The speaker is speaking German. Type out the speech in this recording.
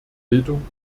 bildung